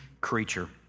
creature